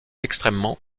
extrêmement